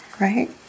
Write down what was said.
right